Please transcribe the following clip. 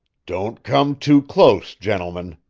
don't come too close, gentlemen,